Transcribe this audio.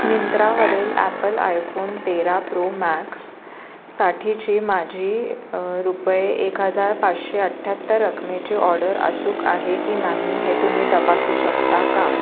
मिंत्रावरील Apple iPhone तेरा Pro Max साठीची माझी रुपये एक हजार पाचशे अठ्ठ्याहत्तर रकमेची ऑडर अचूक आहे की नाही हे तुम्ही तपासू शकता का